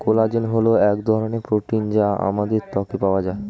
collagen হল এক ধরনের প্রোটিন যা আমাদের ত্বকে পাওয়া যায়